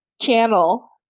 channel